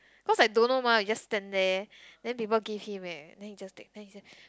cause I don't know mah I just stand there then people give him eh then he just take then he say